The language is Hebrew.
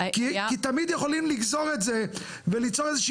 כי תמיד יכולים לגזור את זה וליצור איזושהי